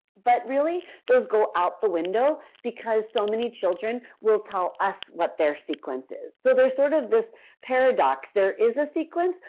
but really those go out the window because so many children will tell us what their sequence is. so there is sort of this paradox. there is a sequence,